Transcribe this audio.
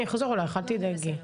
תודה.